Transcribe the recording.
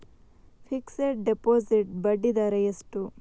Fixed deposit ಬಡ್ಡಿ ದರ ಎಷ್ಟು?